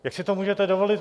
Jak si to můžete dovolit?